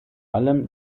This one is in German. allem